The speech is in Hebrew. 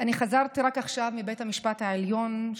חזרתי רק עכשיו מבית המשפט העליון,